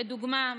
כדוגמה,